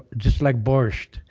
but just like borsch.